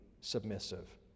submissive